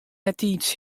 eartiids